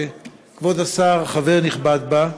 שכבוד השר חבר נכבד בה,